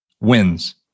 wins